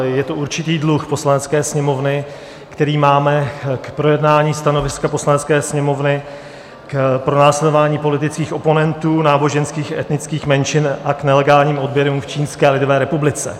Je to určitý dluh Poslanecké sněmovny, který máme k projednání stanoviska Poslanecké sněmovny k pronásledování politických oponentů, náboženských i etnických menšin a k nelegálním odběrům v Čínské lidové republice.